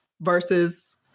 versus